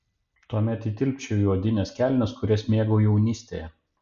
tuomet įtilpčiau į odines kelnes kurias mėgau jaunystėje